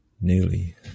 nearly